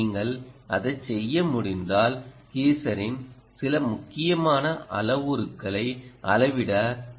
நீங்கள் அதைச் செய்ய முடிந்தால் கீசரின் சில முக்கியமான அளவுருக்களை அளவிட நீங்கள் அதைப் பயன்படுத்தலாம்